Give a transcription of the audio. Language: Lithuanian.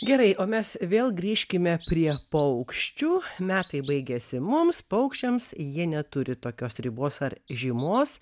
gerai o mes vėl grįžkime prie paukščių metai baigėsi mums paukščiams jie neturi tokios ribos ar žymos